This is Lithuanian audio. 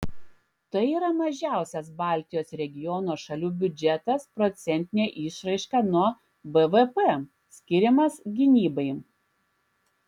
tai yra mažiausias baltijos regiono šalių biudžetas procentine išraiška nuo bvp skiriamas gynybai